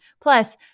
Plus